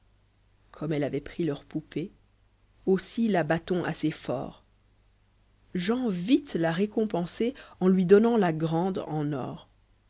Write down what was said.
comme elle avait pris leur poupée aussi la bat-on assez fort jean vite l'a récompensée en iui donnant la grande en or